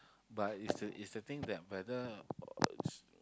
but it's the it's the thing that whether